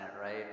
right